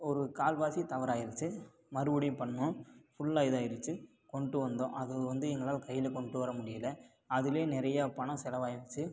ஒரு கால்வாசி தவறாயிருச்சு மறுபடியும் பண்ணோம் ஃபுல்லாக இதாகிடுச்சி கொண்டு வந்தோம் அது வந்து எங்களால் கையில் கொண்டு வர முடியலை அதிலே நிறையா பணம் செலவாயிடுச்சு